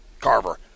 Carver